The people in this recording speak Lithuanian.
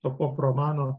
to pop romano